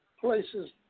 places